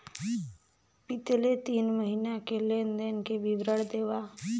बितले तीन महीना के लेन देन के विवरण देवा?